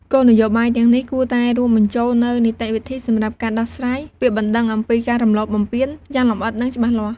គោលនយោបាយទាំងនេះគួរតែរួមបញ្ចូលនូវ នីតិវិធីសម្រាប់ការដោះស្រាយពាក្យបណ្តឹងអំពីការរំលោភបំពាន យ៉ាងលម្អិត និងច្បាស់លាស់។